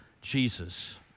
Jesus